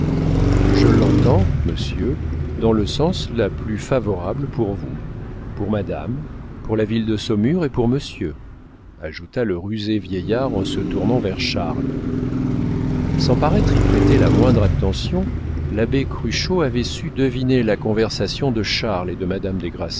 je l'entends monsieur dans le sens le plus favorable pour vous pour madame pour la ville de saumur et pour monsieur ajouta le rusé vieillard en se tournant vers charles sans paraître y prêter la moindre attention l'abbé cruchot avait su deviner la conversation de charles et de madame